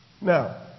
Now